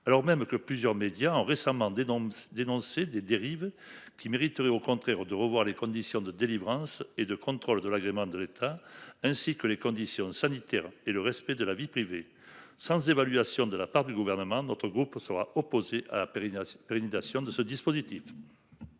alors même que plusieurs médias ont récemment dénoncé dénoncer des dérives qui mériterait au contraire de revoir les conditions de délivrance et de contrôle de l'agrément de l'État ainsi que les conditions sanitaires et le respect de la vie privée sans évaluation de la part du gouvernement. Notre groupe sera opposé à Périnne pérennisation de ce dispositif.